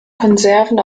konserven